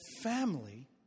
family